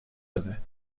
بده